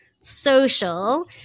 social